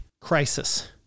crisis